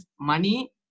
money